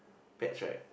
pets right